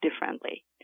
differently